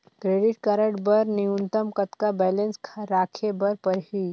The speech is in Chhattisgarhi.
क्रेडिट कारड बर न्यूनतम कतका बैलेंस राखे बर पड़ही?